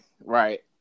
Right